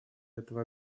этого